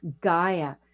Gaia